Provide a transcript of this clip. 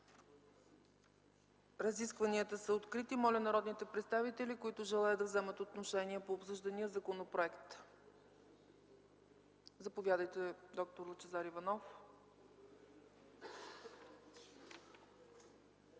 Разискванията са открити. Моля народните представители, които желаят да вземат отношение по обсъждания законопроект, да заявят това. Заповядайте, д-р Иванов.